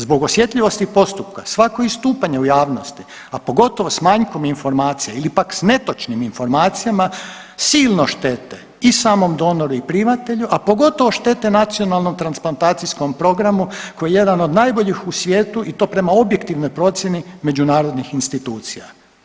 Zbog osjetljivosti postupka svako istupanje u javnosti, a pogotovo s manjkom informacija ili pak s netočnim informacijama silno štete i samom donoru i primatelju, a pogotovo štete Nacionalnom transplantacijskom programu koji je jedan od najboljih u svijetu i to prema objektivnoj procijeni međunarodnih institucija.